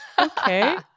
okay